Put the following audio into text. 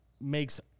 makes